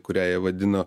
kuria ją vadino